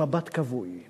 עם מבט כבוי,